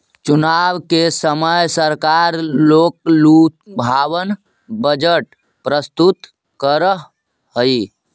चुनाव के समय सरकार लोकलुभावन बजट प्रस्तुत करऽ हई